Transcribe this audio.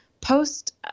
Post